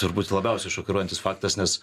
turbūt labiausiai šokiruojantis faktas nes